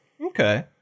Okay